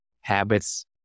habits